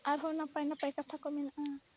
ᱟᱨᱦᱚᱸ ᱱᱟᱯᱟᱭᱼᱱᱟᱯᱟᱭ ᱠᱟᱛᱷᱟᱠᱚ ᱢᱮᱱᱟᱜᱼᱟ